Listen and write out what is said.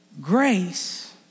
grace